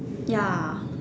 ya